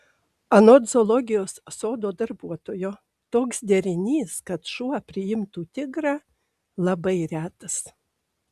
anot zoologijos sodo darbuotojo toks derinys kad šuo priimtų tigrą labai retas